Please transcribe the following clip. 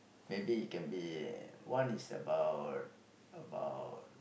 maybe it can be one is about about